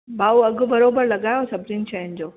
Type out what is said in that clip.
भाऊ अघु बराबरि लॻायो सभिजिनि शयुनि जो